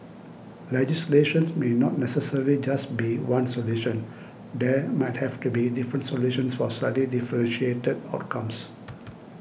legislation may not necessarily just be one solution there might have to be different solutions for slightly differentiated outcomes